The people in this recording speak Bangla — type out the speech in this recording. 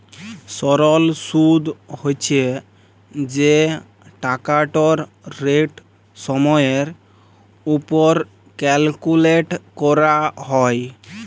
সরল সুদ্ হছে যে টাকাটর রেট সময়ের উপর ক্যালকুলেট ক্যরা হ্যয়